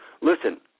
Listen